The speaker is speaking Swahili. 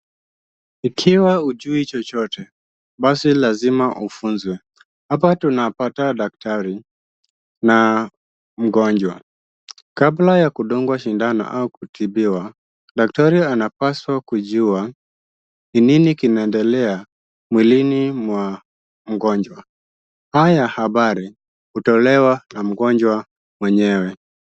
Ikiwa hujui chochote basi lazima ufunzwe. Hapa tunapata daktari na mgonjwa. Kabla ya kudungwa sindano au kutibiwa, daktari anapaswa kujua ni nini kinaendelea mwilini mwa mgonjwa. Hoyo habari hutolewa na mgonjwa mwenyewe.